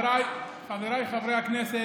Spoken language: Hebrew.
איזו התנשאות,